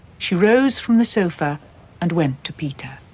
she rose from the sofa and went to peter.